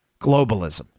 globalism